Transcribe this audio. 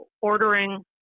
ordering